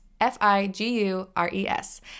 F-I-G-U-R-E-S